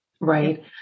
right